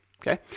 Okay